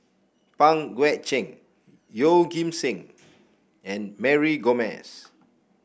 Pang Guek Cheng Yeoh Ghim Seng and Mary Gomes